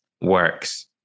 works